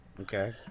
Okay